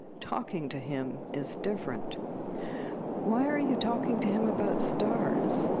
talking to him is different why are you talking to him about stars?